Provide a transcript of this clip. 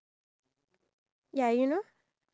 okay sure